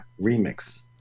remix